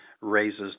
raises